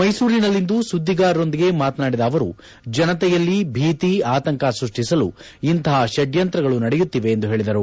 ಮೈಸೂರಿನಲ್ಲಿಂದು ಸುದ್ದಿಗಾರರೊಂದಿಗೆ ಮಾತನಾಡಿದ ಅವರು ಜನತೆಯಲ್ಲಿ ಭೀತಿ ಆತಂಕ ಸ್ಕಷ್ಠಿಸಲು ಇಂತಹ ಪಡ್ಡಂತ್ರಗಳು ನಡೆಯುತ್ತಿವೆ ಎಂದು ಹೇಳಿದರು